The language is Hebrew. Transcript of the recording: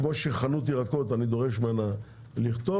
כמו שחנות ירקות אני דורש ממנה לכתוב,